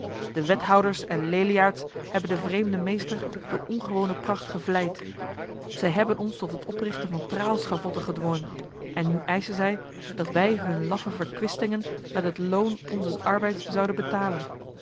de wethouders en leliaards hebben de vreemde meester door ongewone pracht gevleid zij hebben ons tot het oprichten van praalschavotten gedwongen en nu eisen zij dat wij hun laffe verkwistingen met het loon onzes arbeids zouden betalen